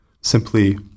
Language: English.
simply